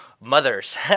mothers